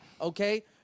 Okay